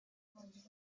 projects